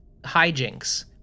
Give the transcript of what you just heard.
hijinks